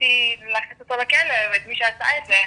רציתי להכניס אותו לכלא ואת מי שעשה את זה,